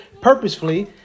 purposefully